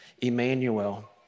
Emmanuel